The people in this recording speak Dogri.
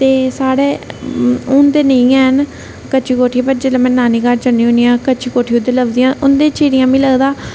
ते साढ़े हून ते नेई हैन कच्चे कोठे जिसले में नानी घार जन्नी होन्नी आं कच्ची कोठी उद्धर लभदियां ना उंदे चिड़ियां मिगी लगदा